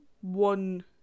one